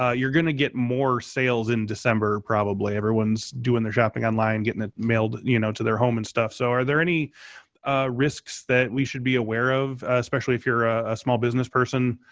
ah you're going to get more sales in december probably. everyone's doing their shopping online, getting it mailed you know to their home and stuff. so are there any risks that we should be aware of especially if you're a small business person?